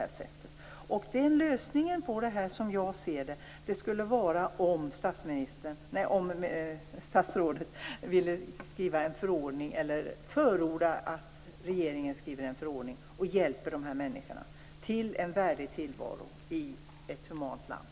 Lösningen skulle vara om statsrådet kunde förorda att regeringen skriver en förordning och hjälper dessa människor till en värdig tillvaro i ett humant land.